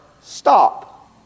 stop